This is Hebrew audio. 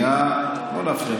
שנייה, לא להפריע.